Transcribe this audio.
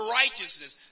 righteousness